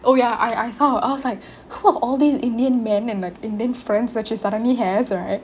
oh ya I I saw I was like who are all these indian men and like indian friends that she suddenly has